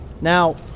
Now